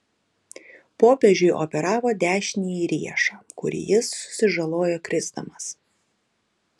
popiežiui operavo dešinįjį riešą kurį jis susižalojo krisdamas